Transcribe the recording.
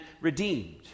redeemed